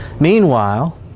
Meanwhile